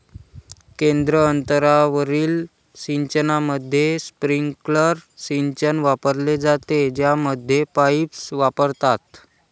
केंद्र अंतरावरील सिंचनामध्ये, स्प्रिंकलर सिंचन वापरले जाते, ज्यामध्ये पाईप्स वापरतात